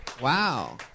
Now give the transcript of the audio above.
Wow